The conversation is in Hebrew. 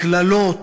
קללות,